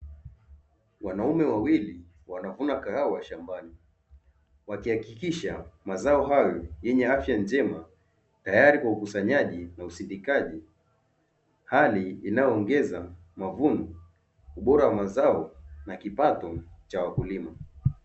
Wanaume wawili wanavuna kahawa shambani wakihakikisha mazao hayo yenye afya njema tayari kwa ukusanyaji na usindikaji. Hali inayoongeza mavuno, ubora wa mazao na kipato cha wakulima.